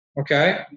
Okay